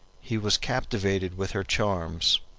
he was captivated with her charms,